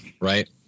Right